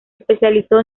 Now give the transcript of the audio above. especializó